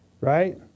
Right